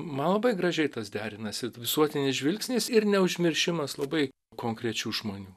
man labai gražiai tas derinasi visuotinis žvilgsnis ir neužmiršimas labai konkrečių žmonių